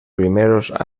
primeros